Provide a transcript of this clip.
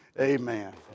Amen